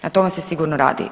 Na tome se sigurno radi.